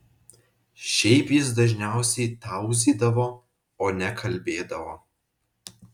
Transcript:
šiaip jis dažniausiai tauzydavo o ne kalbėdavo